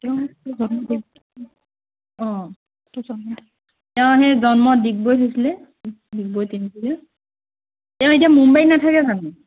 অঁ তেওঁ সেই জন্ম ডিগবৈত হৈছিলে ডিগবৈ তিনিচুকীয়া তেওঁ এতিয়া মুম্বাইত নাথাকে জানো